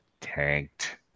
tanked